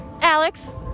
Alex